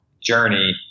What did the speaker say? journey